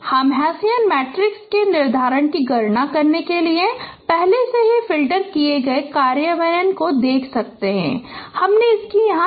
हम Hessian matrix के निर्धारक की गणना के लिए पहले से फ़िल्टर किए गए कार्यान्वयन को देख सकते हैं कि हमने क्या चर्चा की थी